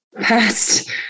past